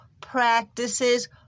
practices